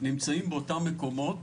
נמצאים באותם מקומות